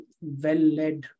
well-led